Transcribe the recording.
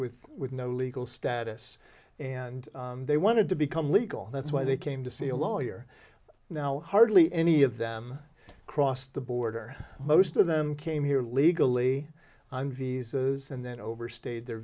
with with no legal status and they wanted to become legal that's why they came to see a lawyer now hardly any of them crossed the border most of them came here legally i'm visas and then overstayed their